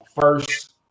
first